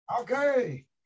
Okay